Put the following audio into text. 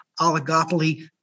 oligopoly